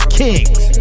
kings